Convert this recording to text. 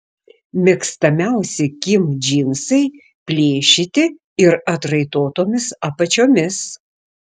mėgstamiausi kim džinsai plėšyti ir atraitotomis apačiomis